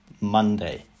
monday